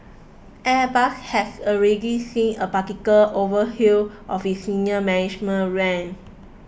airbus has already seen a partial overhaul of its senior management ranks